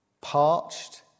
parched